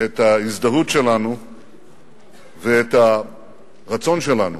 את ההזדהות שלנו ואת הרצון שלנו